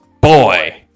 boy